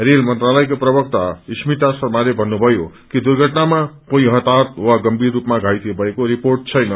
rail मन्त्रालयका प्रवक्ता स्मिता शर्माले भन्नुभयो कि दुर्घटनामा कोही हताहत वा गम्भीर रूपामा घाइते भएको रिर्पोट छैन